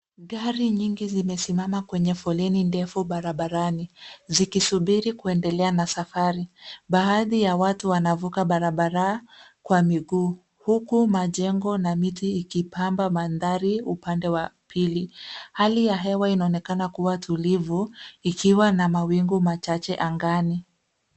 Gari nyingi zime simama kwenye foleni ndefu barabarani zikisubiri kuendelea na safari, baadhi ya watu wanavuka barabara kwa miguu huku majengo na miti ikipamba mandhari upande wa pili. Hali ya hewa inaonekana kuwa tulivu ikiwa na mawingu machache angani.